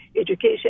education